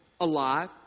alive